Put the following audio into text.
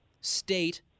state